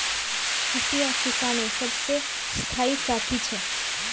हंसिया किसानेर सबसे स्थाई साथी छे